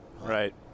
Right